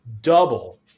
double